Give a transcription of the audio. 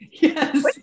Yes